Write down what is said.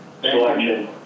selection